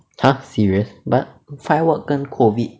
!huh! serious but firework 跟 COVID